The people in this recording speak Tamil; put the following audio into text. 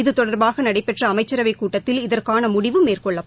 இது தொடர்பாகநடைபெற்றஅமைச்சரவைக் கூட்டத்தில் இதற்கானமுடிவு மேற்கொள்ளப்பட்டது